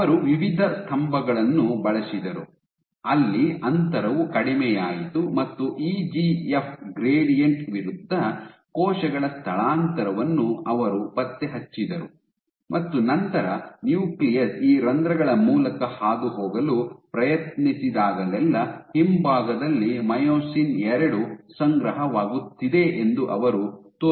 ಅವರು ವಿವಿಧ ಸ್ತಂಭಗಳನ್ನು ಬಳಸಿದರು ಅಲ್ಲಿ ಅಂತರವು ಕಡಿಮೆಯಾಯಿತು ಮತ್ತು ಇಜಿಎಫ್ ಗ್ರೇಡಿಯಂಟ್ ವಿರುದ್ಧ ಕೋಶಗಳ ಸ್ಥಳಾಂತರವನ್ನು ಅವರು ಪತ್ತೆಹಚ್ಚಿದರು ಮತ್ತು ನಂತರ ನ್ಯೂಕ್ಲಿಯಸ್ ಈ ರಂಧ್ರಗಳ ಮೂಲಕ ಹಾದುಹೋಗಲು ಪ್ರಯತ್ನಿಸಿದಾಗಲೆಲ್ಲಾ ಹಿಂಭಾಗದಲ್ಲಿ ಮಯೋಸಿನ್ II ಸಂಗ್ರಹವಾಗುತ್ತಿದೆ ಎಂದು ಅವರು ತೋರಿಸಿದರು